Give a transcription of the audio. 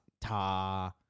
ta